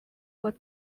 was